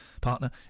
partner